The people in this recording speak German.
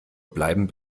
bleiben